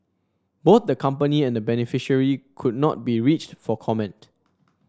both the company and the beneficiary could not be reached for comment